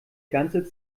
ganze